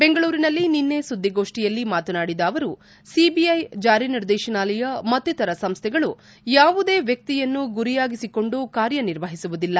ಬೆಂಗಳೂರಿನಲ್ಲಿ ನಿನ್ನೆ ಸುದ್ದಿಗೋಷ್ಠಿಯಲ್ಲಿ ಮಾತನಾಡಿದ ಅವರು ಸಿಬಿಐ ಜಾರಿ ನಿರ್ದೇಶನಾಲಯ ಮತ್ತಿತರ ಸಂಸ್ಥೆಗಳು ಯಾವುದೇ ವ್ವಕ್ತಿಯನ್ನು ಗುರಿಯಾಗಿಸಿಕೊಂಡು ಕಾರ್ಯ ನಿರ್ವಹಿಸುವುದಿಲ್ಲ